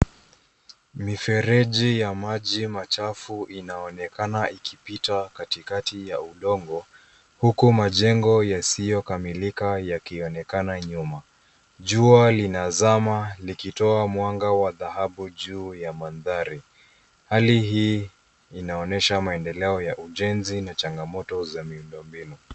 Mifereji ya maji machafu inaonekana ikipita katikati ya udongo huku majengo yasiyokamilika yakionekana nyuma. Jua linazama likitoa mwanga wa dhahabu juu ya mandhari. Hali hii inaonyesha maendeleo ya ujenzi na changamoto za miundombinu.